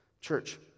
Church